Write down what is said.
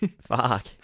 Fuck